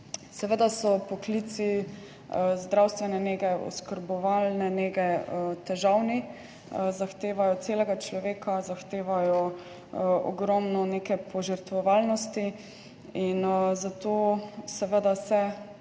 Seveda so poklici zdravstvene nege, oskrbovalne nege težavni, zahtevajo celega človeka, zahtevajo ogromno neke požrtvovalnosti. Zato se seveda